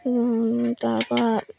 তাৰপৰা